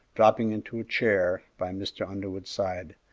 dropping into a chair by mr. underwood's side,